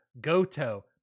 Goto